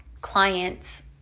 clients